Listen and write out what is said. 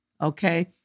Okay